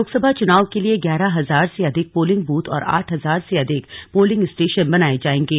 लोकसभा चुनाव के लिए ग्यारह हजार से अधिक पोलिंग बूथ और आठ हजार से अधिक पोलिंग स्टेशन बनाए जाएंगे